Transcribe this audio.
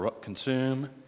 consume